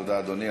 תודה, אדוני.